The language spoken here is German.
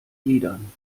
gliedern